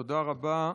תודה רבה.